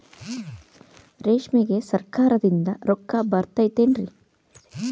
ರೇಷ್ಮೆಗೆ ಸರಕಾರದಿಂದ ರೊಕ್ಕ ಬರತೈತೇನ್ರಿ?